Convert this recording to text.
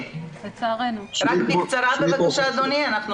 את חדר הוועדה רק בקצרה אדוני בבקשה.